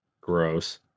gross